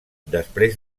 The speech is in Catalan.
després